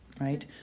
right